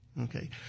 Okay